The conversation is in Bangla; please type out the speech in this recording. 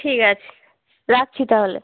ঠিক আছে রাখছি তাহলে